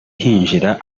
hinjira